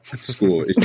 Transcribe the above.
school